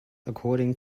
according